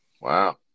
Wow